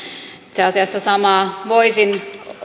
itse asiassa samaa voisin